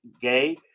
Gay